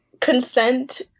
consent